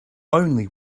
only